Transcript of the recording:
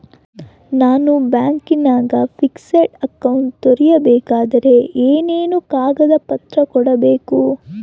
ನಾನು ಬ್ಯಾಂಕಿನಾಗ fixed account ತೆರಿಬೇಕಾದರೆ ಏನೇನು ಕಾಗದ ಪತ್ರ ಕೊಡ್ಬೇಕು?